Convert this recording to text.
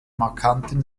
markanten